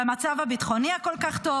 במצב הביטחוני הכל-כך טוב?